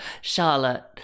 Charlotte